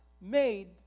made